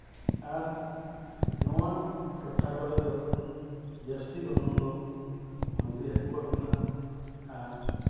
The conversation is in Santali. ᱟᱨ ᱱᱚᱣᱟ ᱴᱚᱴᱷᱟ ᱠᱚᱨᱮ ᱫᱚ ᱡᱟᱹᱥᱛᱤ ᱜᱚᱱᱚᱝ ᱫᱚ ᱢᱟᱺᱜᱽᱨᱤ ᱦᱟᱹᱠᱩᱣᱟᱜ ᱢᱮᱱᱟᱜᱼᱟ